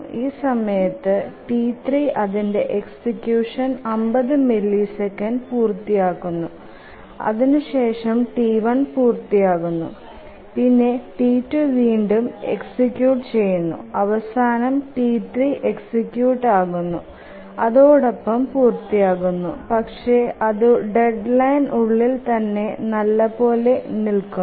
ഈ സമയത്തു T3 അതിന്ടെ എക്സിക്യൂഷൻടെ 50 മില്ലിസെക്കൻഡ്സ് പൂർത്തിയാകുന്നു അതിനു ശേഷം T1 പൂർത്തിയാകുന്നു പിന്നെ T2 വീണ്ടും എക്സിക്യൂട്ട് ചെയുന്നു അവസാനം T3 എക്സിക്യൂട്ട് ആകുന്നു അതോടൊപ്പം പൂർത്തിയാകുന്നു പക്ഷെ അതു ഡെഡ്ലൈൻ ഉളിൽ തന്നെ നല്ലപോലെ നില്കുന്നു